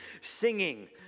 singing